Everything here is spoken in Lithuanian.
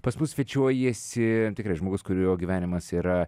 pas mus svečiuojasi tikrai žmogus kurio gyvenimas yra